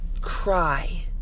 cry